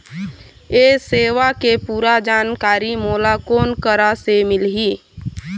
ये सेवा के पूरा जानकारी मोला कोन करा से मिलही?